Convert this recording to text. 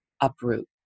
uproot